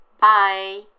Bye